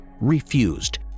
refused